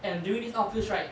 and during this outfields right